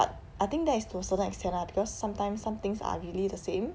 but I think that is to certain extent lah because sometimes some things are really the same